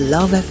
Love